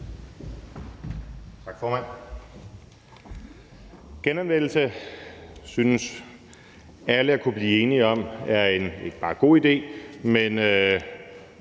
Tak, formand. Genanvendelse synes alle at kunne blive enige om ikke bare er en god idé, men